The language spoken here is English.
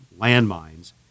landmines